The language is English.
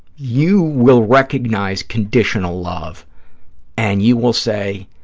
you will recognize conditional love and you will say,